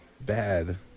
Bad